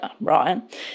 right